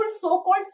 so-called